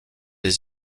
les